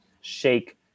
shake